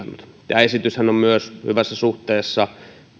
tämä esityshän on myös hyvässä suhteessa